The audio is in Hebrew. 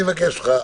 אני מבקש ממך.